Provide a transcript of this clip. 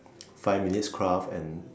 five minutes craft and